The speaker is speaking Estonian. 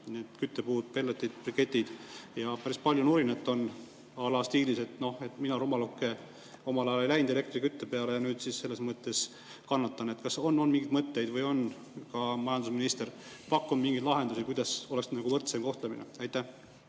– küttepuud, pelletid, briketid – ja päris palju on nurinat stiilisà lamina, rumaluke, omal ajal ei läinud elektrikütte peale ja nüüd siis selles mõttes kannatan. Kas on mingeid mõtteid või on ka majandusminister pakkunud mingeid lahendusi, kuidas oleks võrdsem kohtlemine? Aitäh!